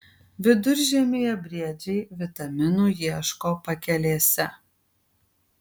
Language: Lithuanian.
viduržiemyje briedžiai vitaminų ieško pakelėse